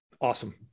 awesome